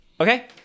Okay